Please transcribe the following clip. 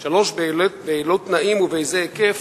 3. באילו תנאים ובאיזה היקף